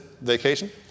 vacation